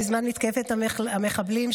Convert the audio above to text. בזמן מתקפת המחבלים,